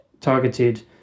targeted